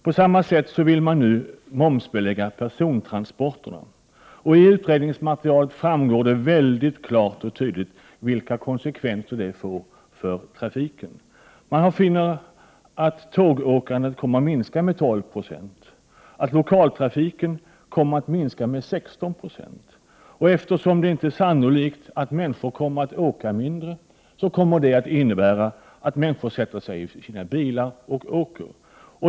På samma sätt vill man nu momsbelägga persontransporterna. Av utredningsmaterialet framgår väldigt klart och tydligt vilka konsekvenser det får för trafiken. Man finner att tågåkandet kommer att minska med 12 9e, att lokaltrafiken kommer att minska med 16 96. Eftersom det inte är sannolikt att människor kommer att åka mindre, kommer det att innebära att människor sätter sig i sina bilar och åker.